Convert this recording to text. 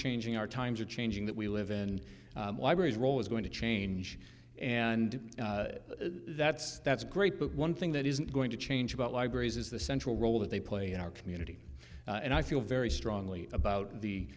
changing our times are changing that we live in libraries role is going to change and that's that's great but one thing that isn't going to change about libraries is the central role that they play in our community and i feel very strongly about the